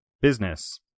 business